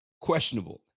questionable